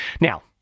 Now